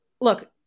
look